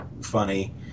funny